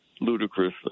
ludicrous